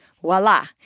Voila